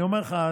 אני אומר לך,